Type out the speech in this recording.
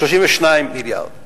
32 מיליארד.